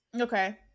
Okay